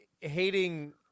hating